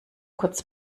kurz